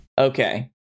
Okay